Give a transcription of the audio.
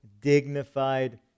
dignified